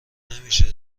نمیشه